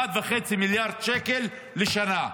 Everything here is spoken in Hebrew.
מיליארד וחצי שקל לשנה.